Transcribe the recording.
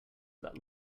that